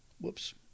whoops